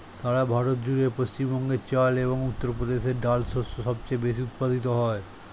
সারা ভারত জুড়ে পশ্চিমবঙ্গে চাল এবং উত্তরপ্রদেশে ডাল শস্য সবচেয়ে বেশী উৎপাদিত হয়